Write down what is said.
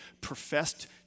professed